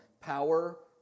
power